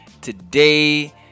Today